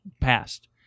passed